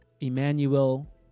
Emmanuel